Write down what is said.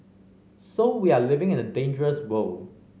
so we are living in a dangerous world